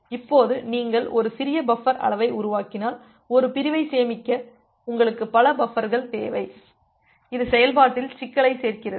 இப்போது நீங்கள் ஒரு சிறிய பஃபர் அளவை உருவாக்கினால் ஒரு பிரிவைச் சேமிக்க உங்களுக்கு பல பஃபர்கள் தேவை இது செயல்பாட்டில் சிக்கலை சேர்க்கிறது